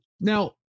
Now